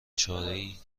چارهای